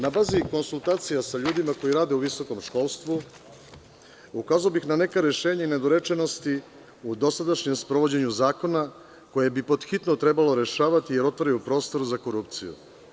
Na bazi konsultacija sa ljudima koji rade u visokom školstvu, ukazao bih na neka rešenja i nedorečenosti u dosadašnjem sprovođenju zakona, koje bi podhitno trebalo rešavati jer otvaraju prostor za korupciju.